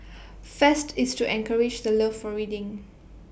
fest is to encourage the love for reading